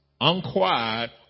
unquiet